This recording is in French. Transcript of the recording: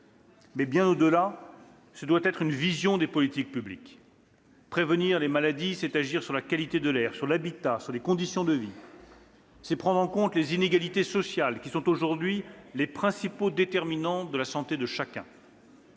bien au-delà, ce doit être une vision des politiques publiques. Prévenir les maladies, c'est agir sur la qualité de l'air, sur l'habitat, sur les conditions de vie. C'est prendre en compte les inégalités sociales, qui sont aujourd'hui les principaux déterminants de la santé de chacun.